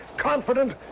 confident